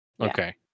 Okay